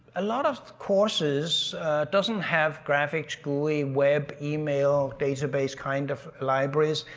a lot of courses doesn't have graphics, gui, web, email, database kind of libraries,